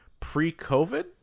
Pre-COVID